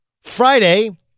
Friday